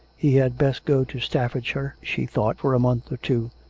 he had best go to staffordshire, she thought, for a month or two,